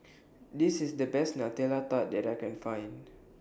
This IS The Best Nutella Tart that I Can Find